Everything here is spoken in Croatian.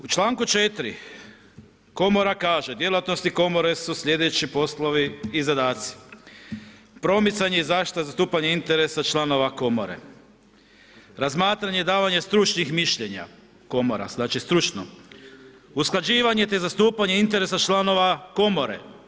U članku 4. komora kaže, djelatnosti komore su sljedeći poslovi i zadaci, promicanje i zaštita zastupanja interesa članova komore, razmatranje i davanje stručnih mišljenja, komora znači stručno, usklađivanje te zastupanje interesa članova komore.